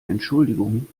entschuldigung